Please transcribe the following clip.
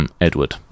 Edward